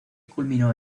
culminó